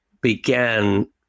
began